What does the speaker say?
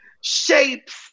shapes